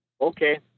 Okay